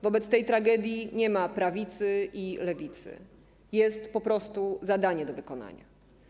Wobec tej tragedii nie ma prawicy i lewicy, jest po prostu zadanie do wykonania.